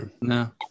no